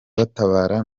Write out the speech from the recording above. batabara